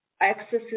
accesses